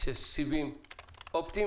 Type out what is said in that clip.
של סיבים אופטיים